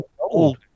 old